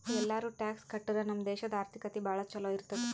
ಎಲ್ಲಾರೂ ಟ್ಯಾಕ್ಸ್ ಕಟ್ಟುರ್ ನಮ್ ದೇಶಾದು ಆರ್ಥಿಕತೆ ಭಾಳ ಛಲೋ ಇರ್ತುದ್